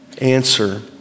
answer